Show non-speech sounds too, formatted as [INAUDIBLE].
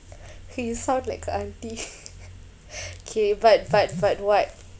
you sound like a auntie [LAUGHS] kay but but but what